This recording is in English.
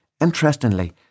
Interestingly